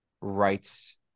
rights